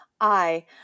I